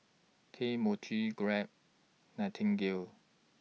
Kane Mochi Grab Nightingale